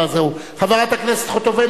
חברת הכנסת חוטובלי,